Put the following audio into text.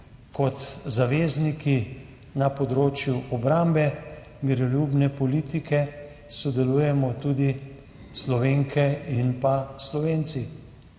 kot zavezniki na področju obrambe miroljubne politike sodelujemo tudi Slovenke in Slovenci.